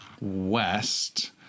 west